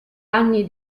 anni